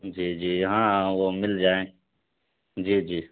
جی جی ہاں وہ مل جائیں جی جی